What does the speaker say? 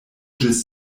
ĝis